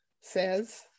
says